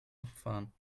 abfahren